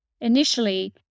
Initially